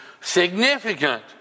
significant